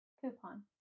Coupon